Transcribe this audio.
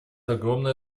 огромное